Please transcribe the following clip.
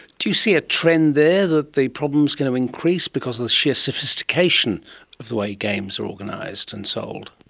do you see a trend there, that the problem is going to increase because of the sheer sophistication of the way games are organised and sold?